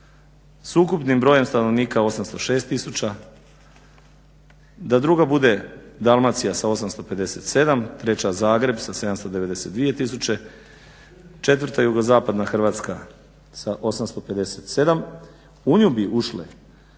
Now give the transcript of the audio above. s ukupnim brojem stanovnika 806000, da druga bude Dalmacija sa 857, treća Zagreb sa 792000, četvrta jugozapadna Hrvatska sa 857. U nju bi ušle